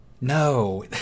No